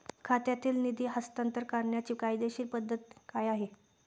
खात्यातील निधी हस्तांतर करण्याची कायदेशीर पद्धत काय आहे?